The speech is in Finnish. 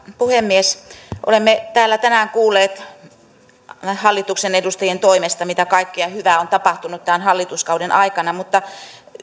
puhemies olemme täällä tänään kuulleet hallituksen edustajien toimesta mitä kaikkea hyvää on tapahtunut tämän hallituskauden aikana mutta